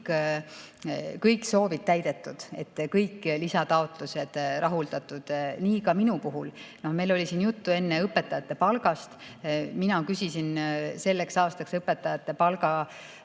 saaks täidetud ja kõik lisataotlused rahuldatud. Nii ka minu puhul. Meil oli siin enne juttu õpetajate palgast. Mina küsisin selleks aastaks õpetajate palga